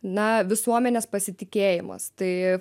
na visuomenės pasitikėjimas tai